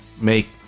make